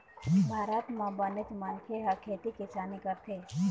भारत म बनेच मनखे ह खेती किसानी करथे